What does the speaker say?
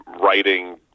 writing